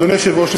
אדוני היושב-ראש,